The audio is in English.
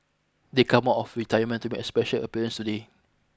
they come of retirement to make a special appearance today